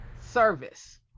service